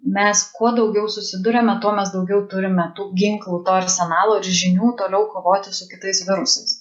mes kuo daugiau susiduriame tuo mes daugiau turime tų ginklų arsenalo ir žinių toliau kovoti su kitais virusais